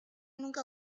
nunca